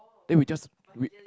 then we just we